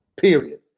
Period